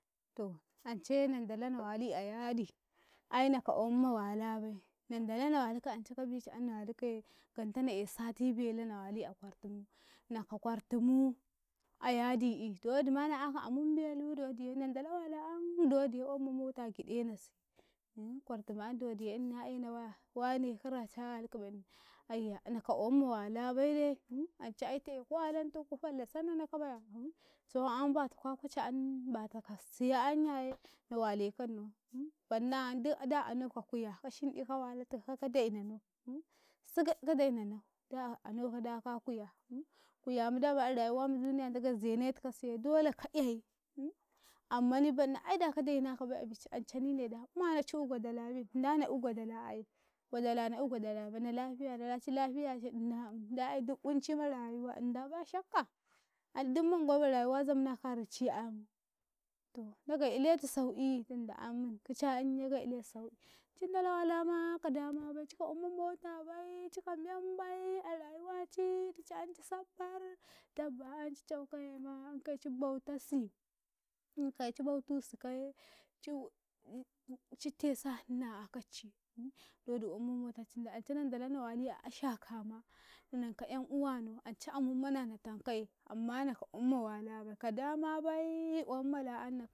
To ancai na dalo na wali a yadi ai na nanko oyin ma walabai ndalo na waluko ancai ka bicen ye ganto na 'yai sati belu na wali a kwortumu naka kwartumu a yadi ehh dowadi ma na 'yako amun belu nadalako la ma ka oyim ma mota gidenasi kwartu mu ayam dowaduna 'yeno waya men wance kara men cuwalukabai aiya nanka oyim ma wala baide ancai aite bai kuwalan tuku ku ku fallasan na nako baya cawan ayenmun bata kwa kwaco ayanmun batan ka siyo ayan yayew na walekan nau badno ayan duk da a anoma kuya kashindi kawalatikau ka dainano da a anoka da ka kuya kuyamun dama a rayuma ma duniya do dagaei zenatikasiye dolai ka 'yai ammani baddno da ka daina kobai abicai ancai nine dan ummai da ci ugwadalabi nda na 'yugwadala aye na lafiyano da cilafiyaci ndah uumm, da aye duk unci ma rayuwa nda umm, to dagaei uletum saikiyi tinda ayanmun kicaayan dagaei ilatun saukiyi cindalo wala cika oyim ma mota bai, cika men bai di ci ayan a rayuwaci dici ayan ci saffal dabba ayan ci caukayema ci bauta si enkaye ci bautusukaye ci ikaye ci tesi a hna a akacci dowadi oyum ma motan ancai na dalo na wali a ashakama ka 'yam uwano ke ko oyim ma wala bai dakamabai oyim ma la ayem